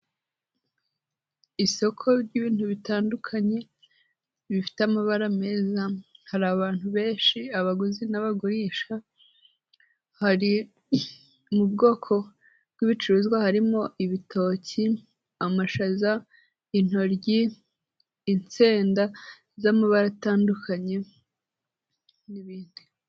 Isoko ry'ibintu bitandukanye bifite amabara meza, hari abantu benshi, abaguzi n'abagurisha, hari mu bwoko bw'ibicuruzwa harimo ibitoki, amashaza, intoryi, insenda z'amabara atandukanye n'ibindi.